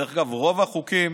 דרך אגב, רוב החוקים